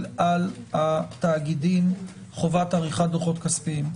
על התאגידים חובת עריכת דוחות כספיים.